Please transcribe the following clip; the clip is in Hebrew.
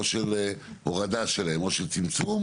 או של הורדה שלהן או צמצום,